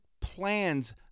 plans